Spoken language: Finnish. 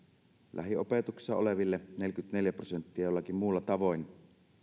lähiopetuksessa oleville neljäkymmentäneljä prosenttia jollakin muulla tavoin